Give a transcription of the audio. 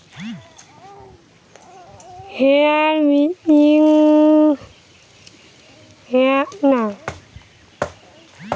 herbicide হতিছে অগাছা নাশক যেগুলা ছড়ালে জমিতে আগাছা মরি যাতিছে